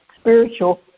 spiritual